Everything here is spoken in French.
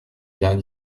vient